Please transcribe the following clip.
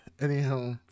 anyhow